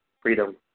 freedom